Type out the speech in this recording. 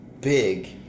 big